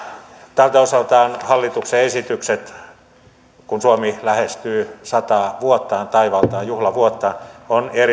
tältä osaltaan hallituksen esityksissä kun suomi lähestyy sataa vuottaan taivaltaa juhlavuottaan on